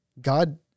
God